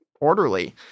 orderly